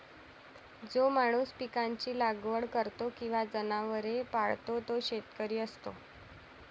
जो माणूस पिकांची लागवड करतो किंवा जनावरे पाळतो तो शेतकरी असतो